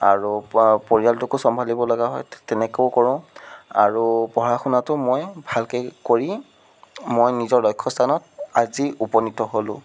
আৰু পৰিয়ালটোকো চম্ভালিব লগা হয় তেনেকৈও কৰোঁ আৰু পঢ়া শুনাটো মই ভালকে কৰি মই নিজৰ লক্ষ্য স্থানত আজি উপনীত হ'লো